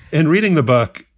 and reading the book,